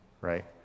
right